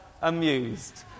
amused